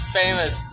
famous